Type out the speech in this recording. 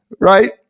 Right